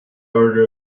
order